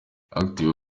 active